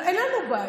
אין לנו בעיה.